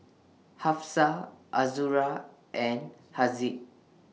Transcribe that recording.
Hafsa Azura and Haziq